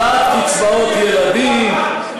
העלאת קצבאות ילדים,